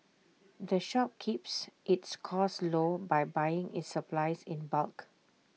the shop keeps its costs low by buying its supplies in bulk